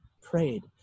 prayed